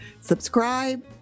subscribe